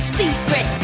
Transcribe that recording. secret